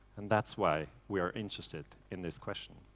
and that's why we are interested in this question.